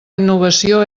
innovació